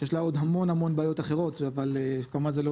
שיש לה עוד המון בעיות אחרות אבל כמובן שזה לא